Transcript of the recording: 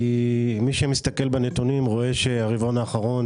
מי שמסתכל על הנתונים רואה שברבעון האחרון